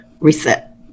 reset